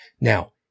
Now